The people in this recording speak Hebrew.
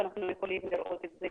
ואנחנו יכולים לראות את זה